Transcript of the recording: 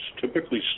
typically